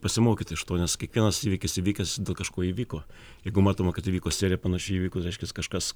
pasimokyti iš to nes kiekvienas įvykis įvykęs kažko įvyko jeigu matoma kad įvyko serija panašių įvykių reiškias kažkas